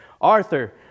Arthur